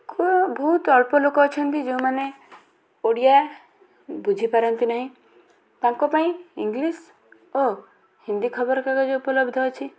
ଓ ବହୁତ ଅଳ୍ପ ଲୋକ ଅଛନ୍ତି ଯେଉଁମାନେ ଓଡ଼ିଆ ବୁଝିପାରନ୍ତି ନାହିଁ ତାଙ୍କ ପାଇଁ ଇଂଲିଶ୍ ଓ ହିନ୍ଦୀ ଖବରକାଗଜ ଉପଲବ୍ଧ ଅଛି